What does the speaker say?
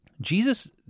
Jesus